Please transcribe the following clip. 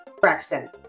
Braxton